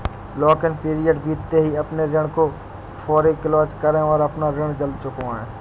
lock in period बीतते ही अपने ऋण को फोरेक्लोज करे और अपना ऋण जल्द चुकाए